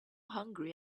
hungry